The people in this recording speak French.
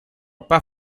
pas